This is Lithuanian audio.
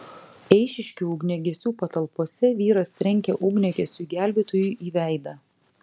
eišiškių ugniagesių patalpose vyras trenkė ugniagesiui gelbėtojui į veidą